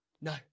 no